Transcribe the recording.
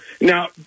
now